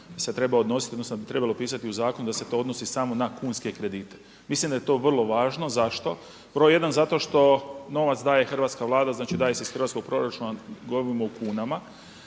se trebalo odnositi, odnosno da bi trebalo pisati u zakonu da se to odnosi samo na kunske kredite. Mislim da je to vrlo važno. Zašto? Broj 1 zato što novac daje Hrvatska Vlada, znači daje se iz hrvatskog proračuna, govorimo u kunama.